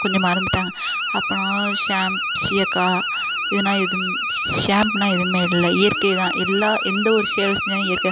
கொஞ்சம் மறந்துட்டாங்க அப்புறம் ஷாம்பு சீயக்காய் இதுன்னா எதுவுமே ஷாம்புனால் எதுவுமே இல்லை இயற்கை தான் எல்லா எந்த ஒரு செயல் செஞ்சாலும் இயற்கை தான்